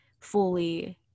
fully